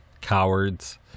Cowards